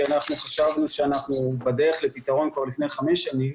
אנחנו חשבנו שאנחנו בדרך לפתרון כבר לפני חמש שנים.